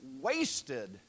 wasted